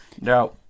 No